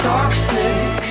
Toxic